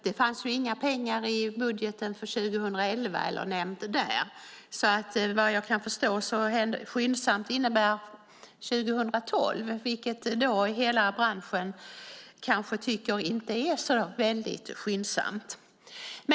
Det finns dock inga pengar i budgeten för 2011, så "skyndsamt" måste alltså innebära 2012. Det tycker branschen kanske inte är så värst skyndsamt.